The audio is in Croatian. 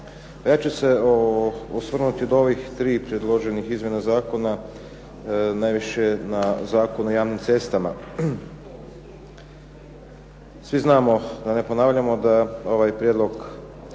ću se osvrnuti od ovih tri predloženih izmjena zakona najviše na Zakon o javnim cestama. Svi znamo da ne ponavljamo da ovaj prijedlog